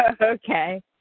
Okay